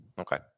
Okay